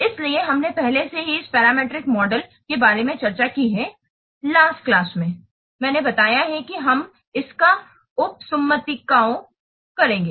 इसलिए हमने पहले से ही इस पैरामीट्रिक मॉडल के बारे में चर्चा की है लास्ट क्लास में मेने बताया है कि हम इसका उपसुम्मातिओं करेंगे